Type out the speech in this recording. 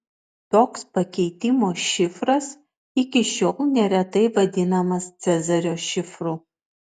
toks pakeitimo šifras iki šiol neretai vadinamas cezario šifru